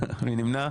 מי נמנע?